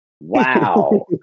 Wow